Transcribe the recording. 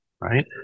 right